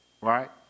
right